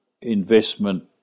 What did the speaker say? investment